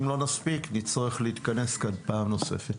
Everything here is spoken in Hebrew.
אם לא נספיק נצטרך להתכנס כאן פעם נוספת.